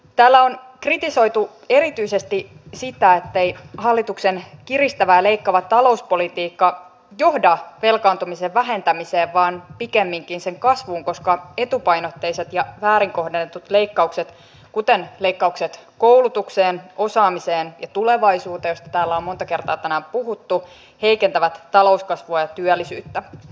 täällä on kritisoitu erityisesti sitä ettei hallituksen kiristävä ja leikkaava talouspolitiikka johda velkaantumisen vähentämiseen vaan pikemminkin sen kasvuun koska etupainotteiset ja väärin kohdennetut leikkaukset kuten leikkaukset koulutukseen osaamiseen ja tulevaisuuteen mistä täällä on monta kertaa tänään puhuttu heikentävät talouskasvua ja työllisyyttä